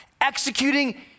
executing